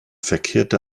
verkehrte